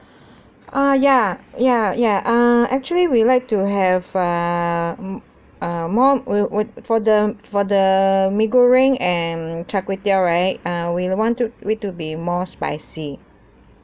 ah ya ya ya err actually we'd like to have err m~ uh more wou~ wou~ for the for the mee goreng and char kway teow right uh we want to it to be more spicy